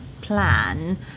plan